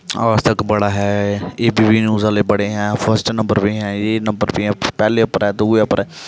आजतक बड़ा ऐ A B P news आह्ले बड़े हैं फास्ट नम्बर पे है जे नम्बर पे ऐ पैह्लें उप्पर ऐ दूए उप्पर ऐ